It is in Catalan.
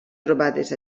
trobades